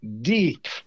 deep